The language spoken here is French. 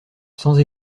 sans